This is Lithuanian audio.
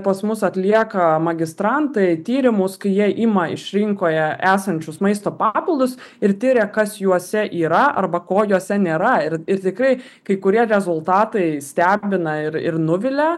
pas mus atlieka magistrantai tyrimus kai jie ima iš rinkoje esančius maisto papildus ir tiria kas juose yra arba ko juose nėra ir ir tikrai kai kurie rezultatai stebina ir ir nuvilia